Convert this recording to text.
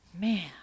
Man